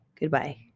Goodbye